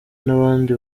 n’abandi